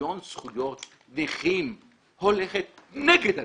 לשוויון זכויות נכים הולכת נגד הנכים?